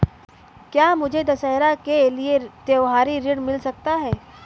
क्या मुझे दशहरा के लिए त्योहारी ऋण मिल सकता है?